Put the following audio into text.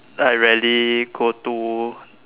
I rarely go to